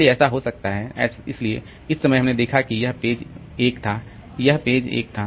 इसलिए ऐसा हो सकता है इसलिए इस समय हमने देखा है कि यह पेज 1 था यह पेज 1 था